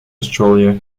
australia